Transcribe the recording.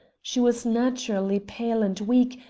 she was naturally pale and weak,